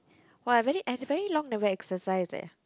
!wah! I very I very long never exercise leh